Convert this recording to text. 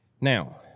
Now